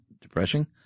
depressing